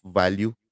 value